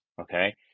Okay